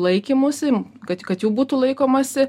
laikymusi kad kad jų būtų laikomasi